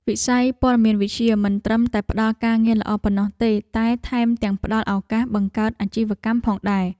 វិស័យព័ត៌មានវិទ្យាមិនត្រឹមតែផ្តល់ការងារល្អប៉ុណ្ណោះទេ តែថែមទាំងផ្តល់ឱកាសបង្កើតអាជីវកម្មផងដែរ។